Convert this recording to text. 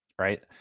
Right